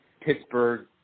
Pittsburgh